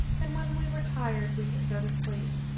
and when we were tired we could go to sleep,